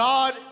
God